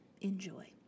Enjoy